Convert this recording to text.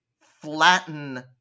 flatten